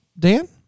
dan